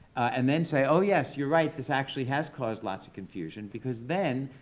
and then say, oh yes, you're right, this actually has caused lots of confusion, because then,